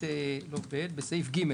בסעיף (ג),